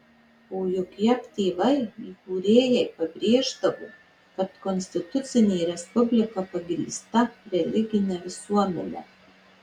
o juk jav tėvai įkūrėjai pabrėždavo kad konstitucinė respublika pagrįsta religine visuomene